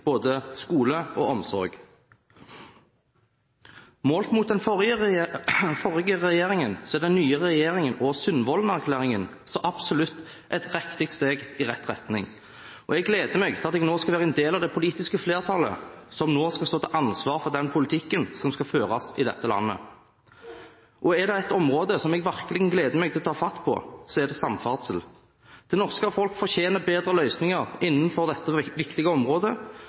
både skole og omsorg. Målt mot den forrige regjeringen er den nye regjeringen og Sundvolden-erklæringen så absolutt et riktig steg i rett retning. Jeg gleder meg til at jeg nå skal være en del av det politiske flertallet som skal stå til ansvar for den politikken som skal føres i dette landet. Er det et område som jeg virkelig gleder meg til å ta fatt på, er det samferdsel. Det norske folk fortjener bedre løsninger innenfor dette viktige området,